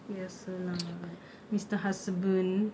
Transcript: biasa lah mister husband